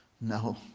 no